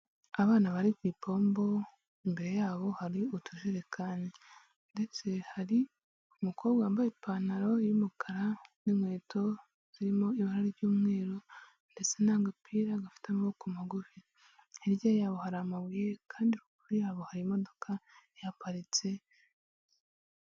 Abana bari ku ipombo imbere yabo hari utujerekani ndetse hari umukobwa wambaye ipantaro y'umukara n'inkweto zirimo ibara ry'umweru ndetse n'agapira gafite amaboko magufi, hirya yabo hari amabuye kandi ruguru yabo hari imodoka ihaparitse.